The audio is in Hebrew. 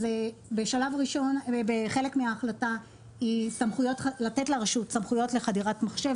אז חלק מההחלטה היא לתת לרשות סמכויות לחדירת מחשב.